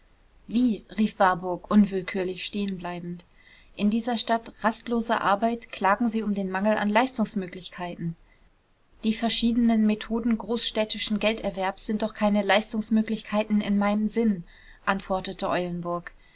wie rief warburg unwillkürlich stehen bleibend in dieser stadt rastloser arbeit klagen sie um den mangel an leistungsmöglichkeiten die verschiedenen methoden großstädtischen gelderwerbs sind doch keine leistungsmöglichkeiten in meinem sinn antwortete eulenburg